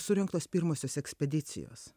surengtos pirmosios ekspedicijos